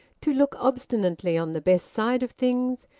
to look obstinately on the best side of things,